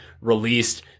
released